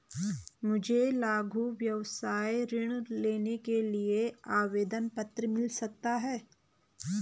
मुझे लघु व्यवसाय ऋण लेने के लिए आवेदन पत्र मिल सकता है?